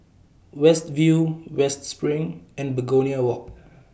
West View West SPRING and Begonia Walk